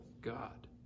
God